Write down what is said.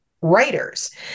writers